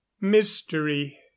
mystery